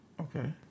Okay